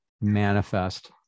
manifest